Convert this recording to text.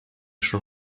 schon